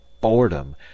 boredom